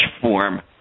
form